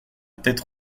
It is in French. tête